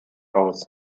aus